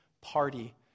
party